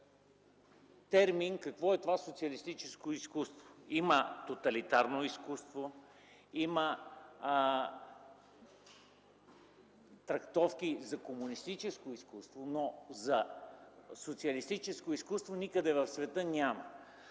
термин какво е това социалистическо изкуство. Има тоталитарно изкуство, има трактовки за комунистическо изкуство, но за социалистическо изкуство няма никъде в света.